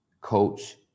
coach